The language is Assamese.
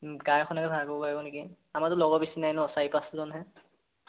কাৰ এখনকে ভাড়া কৰিব লাগিব নেকি আমাৰতো লগৰ বেছি নাই ন চাৰি পাঁচজনহে